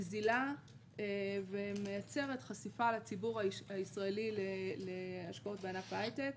נזילה ומייצרת חשיפה לציבור הישראלי להשקעות בענף ההייטק.